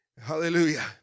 Hallelujah